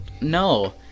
no